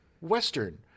Western